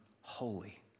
holy